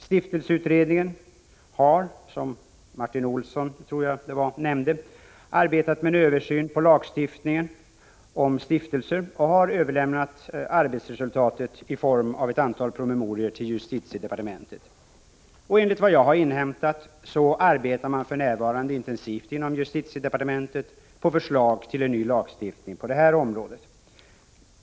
Stiftelseutredningen har, som Martin Olsson nämnde, arbetat med en översyn av lagstiftningen om stiftelser och har överlämnat sitt arbetsresultat i form av ett antal promemorior till justitiedepartementet. Enligt vad jag har inhämtat arbetar man för närvarande intensivt inom justitiedepartementet på förslag till en ny lagstiftning på det här området.